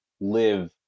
live